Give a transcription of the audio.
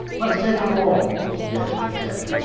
let's take a walk, suggested ted.